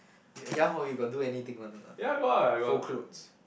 ya hor you got do anything one or not fold clothes